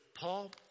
Paul